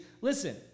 Listen